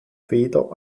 feder